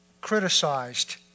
criticized